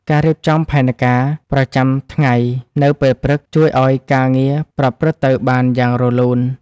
ការរៀបចំផែនការប្រចាំថ្ងៃនៅពេលព្រឹក ជួយឱ្យការងារប្រព្រឹត្តទៅបានយ៉ាងរលូន។